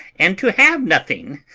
and to have nothing,